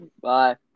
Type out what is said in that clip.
Bye